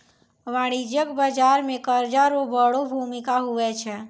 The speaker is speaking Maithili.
वाणिज्यिक बाजार मे कर्जा रो बड़ो भूमिका हुवै छै